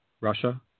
Russia